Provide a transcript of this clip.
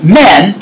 men